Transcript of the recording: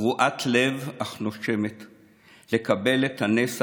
קרועת לב אך נושמת / לקבל את הנס,